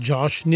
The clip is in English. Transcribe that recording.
Josh